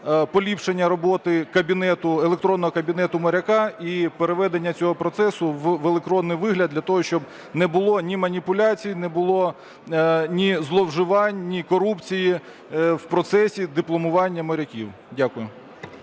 поліпшення роботи кабінету, електронного кабінету моряка і переведення цього процесу в електронний вигляд для того, щоб не було ні маніпуляцій, не було ні зловживань, ні корупції в процесі дипломування моряків. Дякую.